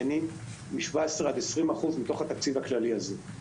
נהנים מ-17% 20% מתוך התקציב הכללי הזה.